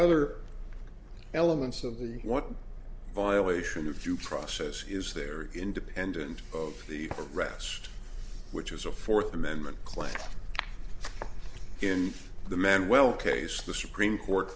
other elements of the one violation of due process is there independent of the rest which is a fourth amendment claim in the manwell case the supreme court